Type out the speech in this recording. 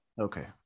Okay